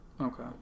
Okay